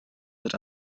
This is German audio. wird